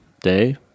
day